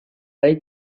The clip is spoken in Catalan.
ell